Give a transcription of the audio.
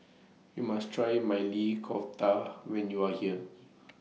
YOU must Try Maili Kofta when YOU Are here